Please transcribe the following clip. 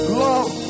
love